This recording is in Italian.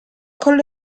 col